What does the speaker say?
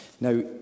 Now